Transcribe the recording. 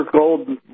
gold